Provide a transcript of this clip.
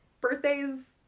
birthdays